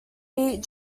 beat